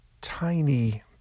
tiny